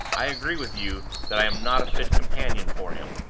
i agree with you that i am not a fit companion for him.